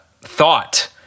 thought